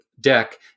deck